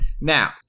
Now